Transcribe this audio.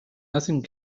nothing